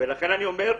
ולכן אני אומר,